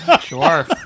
Sure